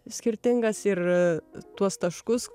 skirtingas ir tuos taškus